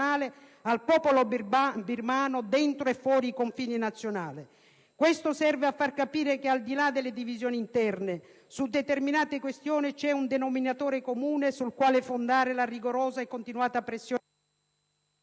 al popolo birmano dentro e fuori i confini nazionali. Questo serve a far capire che, al di là delle divisioni interne, su determinate questioni c'è un denominatore comune sul quale fondare la rigorosa e continuata pressione